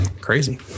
crazy